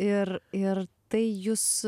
ir ir tai jus